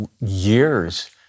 years